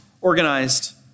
organized